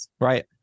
Right